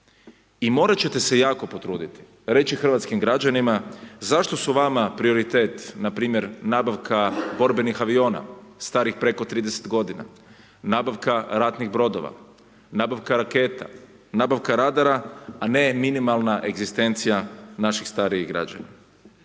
I morat ćete se jako potruditi reći hrvatskim građanima zašto su vama prioritet npr. nabavka borbenih aviona starih preko 30 g., nabavka ratnih brodova, nabavka raketa, nabavka radara a ne minimalna egzistencija naših starijih građana.